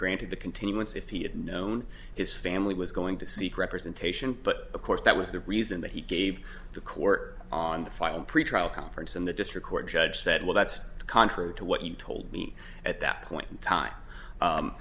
granted the continuance if he had known his family was going to seek representation but of course that was the reason that he gave the court on the final pretrial conference and the district court judge said well that's contrary to what you told me at that point in time